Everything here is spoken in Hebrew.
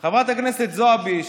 חברת הכנסת זועבי,